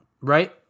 right